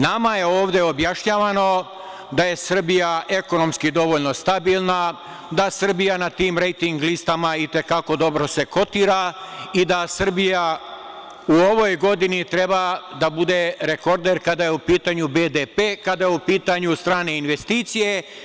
Nama je ovde objašnjavano da je Srbija ekonomski dovoljno stabilna, da Srbija na tim rejting listama i te kako dobro se kotira i da Srbija u ovoj godini treba da bude rekorder kada je u pitanju BDP, kada su u pitanju strane investicije.